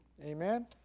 Amen